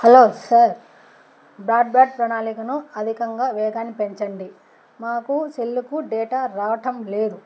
hello sir broadband ప్రణాళికను అధికంగా వేగాన్ని పెంచండి మాకు సెల్కు డేటా రావటం లేదు